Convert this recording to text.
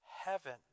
heaven